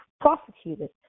prosecuted